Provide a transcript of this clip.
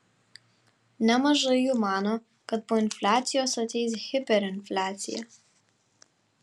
nemažai jų mano kad po infliacijos ateis hiperinfliacija